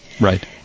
Right